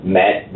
met